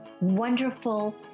wonderful